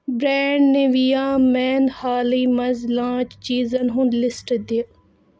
brand نِویا مٮ۪ن حالٕے منٛز لانچ چیٖزن ہُنٛد لِسٹ دِ